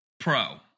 pro